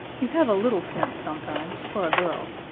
you have a little sense sometimes, for a girl.